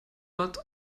but